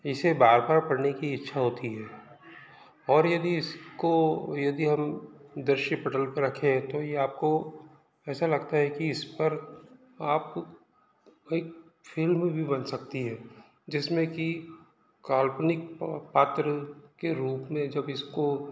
इसे बार बार पढ़ने की इच्छा होती है और यदि इसको यदि हम दृश्यपटल पर रखें तो ये आपको ऐसा लगता है की इस पर आप कोई फ़िल्म भी बन सकती है जिसमें की काल्पनिक पात्र के रूप में जब इसको